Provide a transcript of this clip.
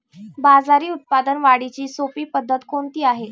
बाजरी उत्पादन वाढीची सोपी पद्धत कोणती आहे?